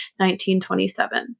1927